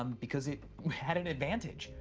um because it had an advantage.